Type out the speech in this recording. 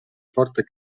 forte